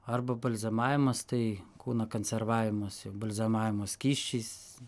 arba balzamavimas tai kūno konservavimas jau balzamavimo skysčiais